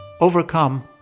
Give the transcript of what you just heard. overcome